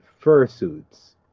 fursuits